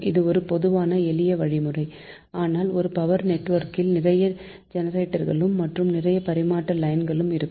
இது ஒரு பொதுவான எளிய வழிமுறை ஆனால் ஒரு பவர் நெட்ஒர்க்கில் நிறைய ஜெனெரேட்டர்களும் மற்றும் நிறைய பரிமாற்ற லைன்களும் இருக்கும்